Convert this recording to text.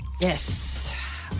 Yes